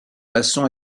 masson